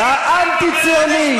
האנטי-ציוני,